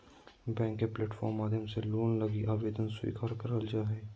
bank के platform माध्यम से लोन लगी आवेदन स्वीकार करल जा हय